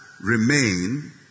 remain